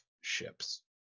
ships